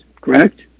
Correct